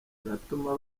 iratuma